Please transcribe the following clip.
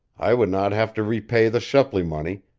i would not have to repay the shepley money,